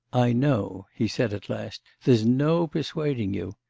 i know he said at last, there's no persuading you.